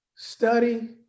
study